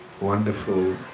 wonderful